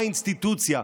האינסטיטוציה,